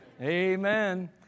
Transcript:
Amen